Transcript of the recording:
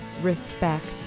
respect